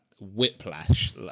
whiplash